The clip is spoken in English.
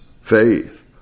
faith